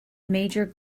major